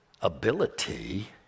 ability